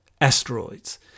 asteroids